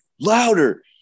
louder